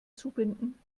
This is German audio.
zubinden